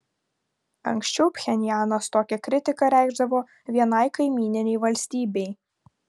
anksčiau pchenjanas tokią kritiką reikšdavo vienai kaimyninei valstybei